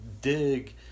dig